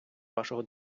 вашого